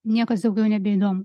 niekas daugiau nebeįdomu